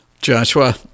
Joshua